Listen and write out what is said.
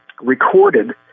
recorded